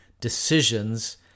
decisions